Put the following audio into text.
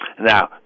Now